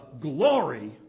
glory